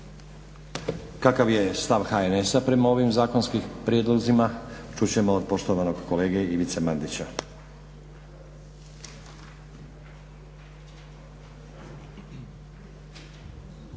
Kakav je stav HNS-a prema ovim zakonskim prijedlozima čut ćemo od poštovanog kolege Ivice Mandića.